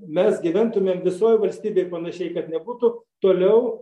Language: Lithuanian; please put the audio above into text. mes gyventumėm visoj valstybėj panašiai kad nebūtų toliau